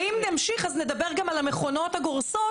ואם נמשיך אז נדבר גם על המכונות הגורסות,